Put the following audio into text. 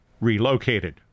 relocated